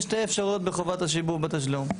יש שתי אפשרויות בחובת השיבוב בתשלום.